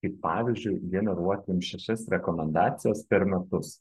kaip pavyzdžiui generuoti jum šešias rekomendacijas per metus